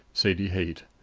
sadie haight.